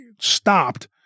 stopped